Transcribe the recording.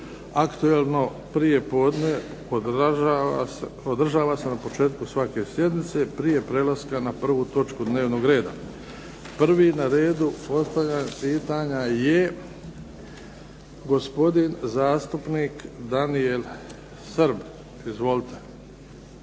Aktualno prijepodne održava se na početku svake sjednice prije prelaska na prvu točku dnevnog reda. Prvi na redu postavlja pitanje je gospodin zastupnik Daniel Srb. Izvolite.